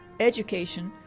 education,